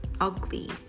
ugly